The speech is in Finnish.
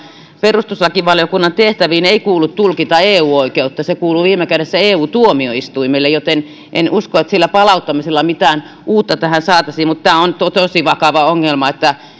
perustuslakivaliokunnan tehtäviin ei kuulu tulkita eu oikeutta se kuuluu viime kädessä eu tuomioistuimelle joten en usko että sillä palauttamisella mitään uutta tähän saataisiin mutta tämä on tosi vakava ongelma